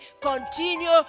continue